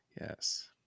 Yes